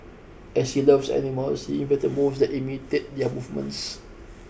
as he loves animals he invented moves that imitate their movements